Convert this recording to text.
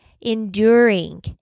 enduring